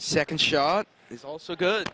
second shot is also good